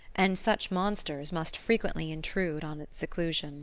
and such monsters must frequently intrude on its seclusion